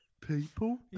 People